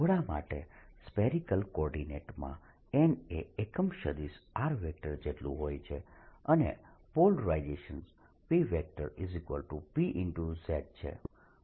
ગોળા માટે spherical coordinate માં n એ એકમ સદિશ r જેટલું જ હોય છે અને પોલરાઇઝેશન PP z છે